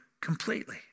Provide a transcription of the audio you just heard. completely